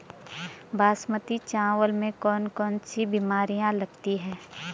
बासमती चावल में कौन कौन सी बीमारियां लगती हैं?